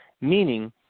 Meaning